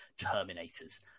Terminators